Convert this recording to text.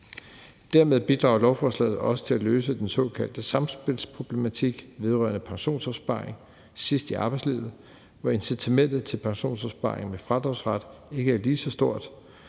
Dermed bidrager lovforslaget også til at løse den såkaldte samspilsproblematik vedrørende pensionsopsparing sidst i arbejdslivet, hvor incitamentet til pensionsopsparing med fradragsret ikke er lige så stort,